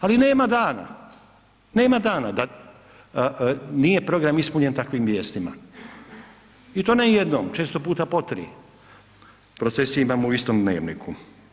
Ali nema dana, nema dana da nije program ispunjen takvim vijestima i to ne jednom, često puta po tri procesije imamo u istom „Dnevniku“